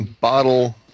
bottle